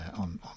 on